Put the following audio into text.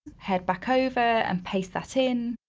head back over and paste that in.